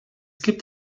gibt